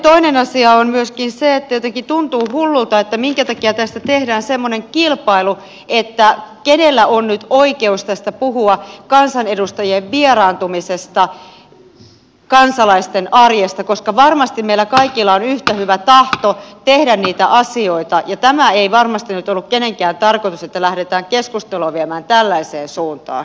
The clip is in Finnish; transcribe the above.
toinen asia on se että jotenkin tuntuu hullulta että minkä takia tästä tehdään semmoinen kilpailu että kenellä on nyt oikeus tästä puhua kansanedustajien vieraantumisesta kansalaisten arjesta koska varmasti meillä kaikilla on yhtä hyvä tahto tehdä niitä asioita ja tämä ei varmasti ollut kenenkään tarkoitus että lähdetään keskustelua viemään tällaiseen suuntaan